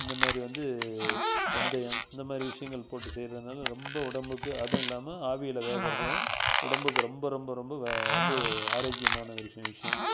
இந்த மாதிரி வந்து வெந்தயம் இந்த மாதிரி விஷயங்கள் போட்டு செய்யறதுனால ரொம்ப உடம்புக்கு அதுவும் இல்லாமல் ஆவியில வேகுறது உடம்புக்கு ரொம்ப ரொம்ப ரொம்ப வ வந்து ஆரோக்கியமான ஒரு சில விஷயம்